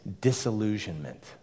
disillusionment